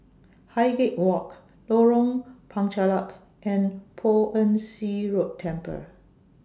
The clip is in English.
Highgate Walk Lorong Penchalak and Poh Ern Shih Temple